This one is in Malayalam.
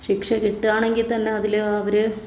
ശിക്ഷ കിട്ടുകയാണെങ്കിൽ തന്നെ അതിൽ അവർ